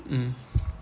mm